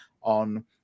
on